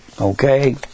okay